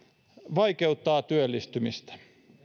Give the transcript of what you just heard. vaikeuttaa työllistymistä